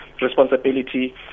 responsibility